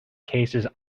cases